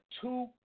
two